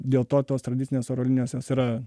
dėl to tos tradicinės oro linijos jos yra